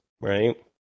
right